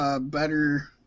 better